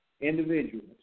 individuals